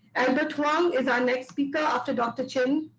and but huang is our next speaker after dr. chin,